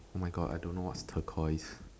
oh my god I don't know what's turquoise